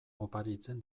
oparitzen